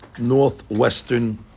northwestern